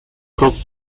crop